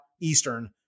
Eastern